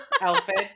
outfits